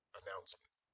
announcement